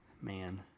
Man